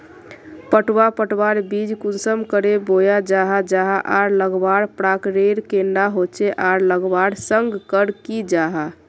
पटवा पटवार बीज कुंसम करे बोया जाहा जाहा आर लगवार प्रकारेर कैडा होचे आर लगवार संगकर की जाहा?